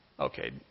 Okay